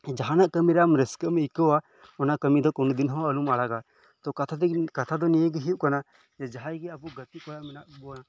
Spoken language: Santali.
ᱡᱟᱦᱟᱱᱟᱜ ᱠᱟᱢᱤᱨᱮ ᱟᱢ ᱨᱟᱹᱥᱠᱟᱹᱢ ᱟᱹᱭᱠᱟᱹᱣᱟ ᱚᱱᱟ ᱠᱟᱢᱤ ᱫᱚ ᱠᱳᱱᱳᱫᱤᱱ ᱦᱚᱸ ᱟᱞᱚᱢ ᱟᱲᱟᱜᱟ ᱛᱚ ᱠᱟᱛᱷᱟ ᱫᱚ ᱠᱟᱛᱷᱟ ᱫᱚ ᱱᱤᱭᱟᱹ ᱜᱮ ᱦᱳᱭᱳᱜ ᱠᱟᱱᱟ ᱡᱮ ᱡᱟᱦᱟᱸᱭ ᱜᱮ ᱟᱵᱚ ᱜᱟᱛᱮ ᱠᱚᱲᱟ ᱢᱮᱱᱟᱜ ᱵᱚᱱᱟ